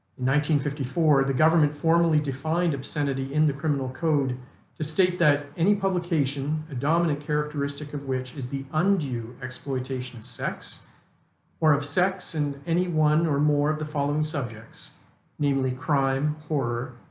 fifty four the government formally defined obscenity in the criminal code to state that any publication a dominant characteristic of which is the undue exploitation of sex or of sex and any one or more of the following subjects namely crime, horror,